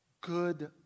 good